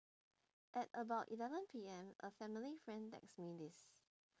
at about eleven P_M a family friend texts me this